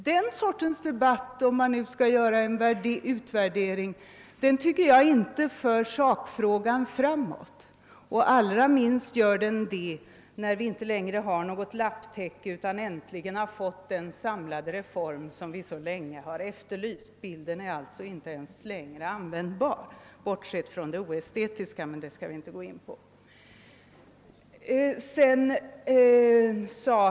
Den sortens debatt, om man nu skall göra en värdering, tycker jag inte för sakfrågan framåt till hjälp för de sämst ställda, allra minst som det inte längre finns något lapptäcke utan vi äntligen fått den samlade reform vi så länge efterlyst. Bilden är alltså inte ens användbar längre, bortsett från det oestetiska i den som jag inte skall gå in på.